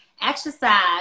exercise